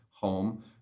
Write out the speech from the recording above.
home